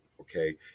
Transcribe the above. Okay